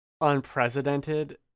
unprecedented